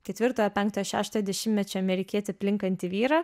ketvirtojo penktojo šeštojo dešimtmečio amerikietį plinkantį vyrą